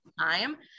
time